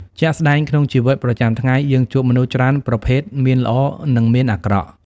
ជាក់ស្តែង ក្នុងជីវិតប្រចាំថ្ងៃ យើងជួបមនុស្សច្រើនប្រភេទមានល្អ និងមានអាក្រក់។